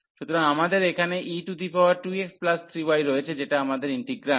সুতরাং আমাদের এখানে e2x3y রয়েছে যেটা আমাদের ইন্টিগ্রান্ট